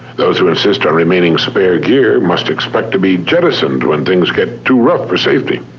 those who insist on remaining spare gear must expect to be jettisoned when things get too rough for safety.